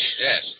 Yes